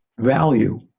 value